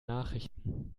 nachrichten